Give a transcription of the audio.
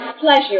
pleasure